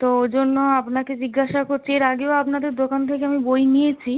তো ওই জন্য আপনাকে জিজ্ঞাসা করছি এর আগেও আপনাদের দোকান থেকে আমি বই নিয়েছি